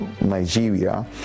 Nigeria